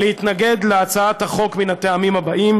להתנגד להצעת החוק מן הטעמים האלה: